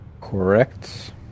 Correct